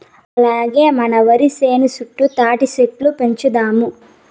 అట్టాగే మన ఒరి సేను చుట్టూ తాటిచెట్లు పెంచుదాము